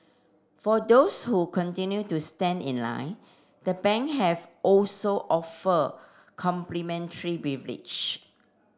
for those who continue to stand in line the bank have also offer complimentary beverage